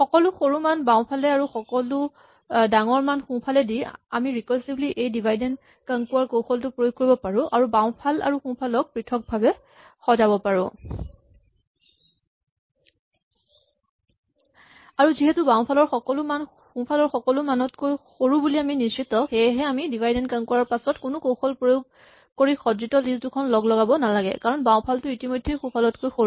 সকলো সৰু মান বাওঁফালে আৰু সকলো ডাঙৰ মান সোঁফালে দি আমি ৰিকাৰছিভলী এই ডিভাইড এন্ড কনকোৱাৰ কৌশলটো প্ৰয়োগ কৰিব পাৰো আৰু বাওঁফাল আৰু সোঁফালক পৃথকভাৱে সজাব পাৰো আৰু যিহেতু বাওঁফালৰ সকলোবোৰ মান সোঁফালৰ মানবোৰতকৈ সৰু বুলি আমি নিশ্চিত সেয়েহে আমি ডিভাইড এন্ড কনকোৱাৰ ৰ পাছত কোনো কৌশল প্ৰয়োগ কৰি সজ্জিত লিষ্ট দুখন লগলগাব নালাগে কাৰণ বাওঁফালটো ইতিমধ্যেই সোঁফালতকৈ সৰু